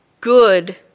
good